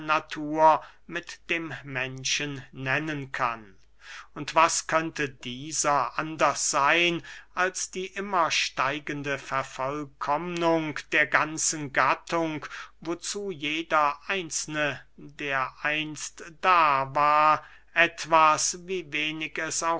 natur mit dem menschen nennen kann und was könnte dieser anders seyn als die immer steigende vervollkommnung der ganzen gattung wozu jeder einzelne der einst da war etwas wie wenig